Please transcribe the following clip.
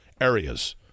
areas